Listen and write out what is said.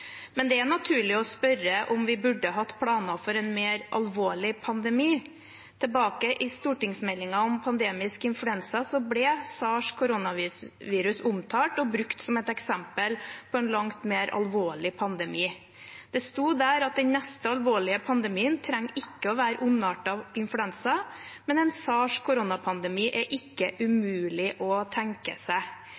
Men det er naturlig å spørre om vi burde hatt planer for en mer alvorlig pandemi. I stortingsmeldingen om pandemisk influensa, Meld. St. 16 for 2012–2013, ble SARS-koronavirus omtalt og brukt som et eksempel på en langt mer alvorlig pandemi. Det sto der at den neste alvorlige pandemien ikke trenger å være ondartet influensa, men at en SARS-koronapandemi ikke er